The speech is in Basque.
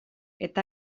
eta